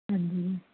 ਹਾਂਜੀ ਜੀ